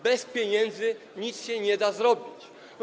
Bez pieniędzy nic się nie da zrobić.